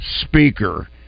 speaker